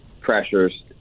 pressures